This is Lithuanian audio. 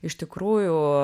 iš tikrųjų